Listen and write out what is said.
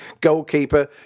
goalkeeper